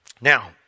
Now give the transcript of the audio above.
Now